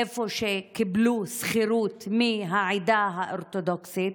איפה שקיבלו שכירות מהעדה האורתודוקסית,